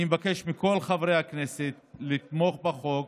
אני מבקש מכל חברי הכנסת לתמוך בחוק.